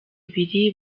ibiri